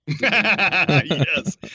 Yes